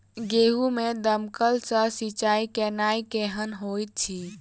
गेंहूँ मे दमकल सँ सिंचाई केनाइ केहन होइत अछि?